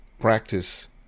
practice